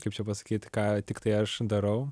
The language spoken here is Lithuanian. kaip čia pasakyt ką tiktai aš darau